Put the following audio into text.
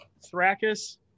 Thrakus